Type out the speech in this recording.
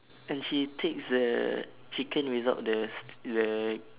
and she takes the chicken without the st~ the